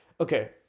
Okay